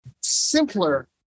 simpler